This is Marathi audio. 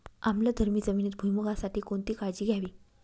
आम्लधर्मी जमिनीत भुईमूगासाठी कोणती काळजी घ्यावी?